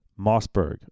Mossberg